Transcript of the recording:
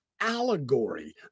allegory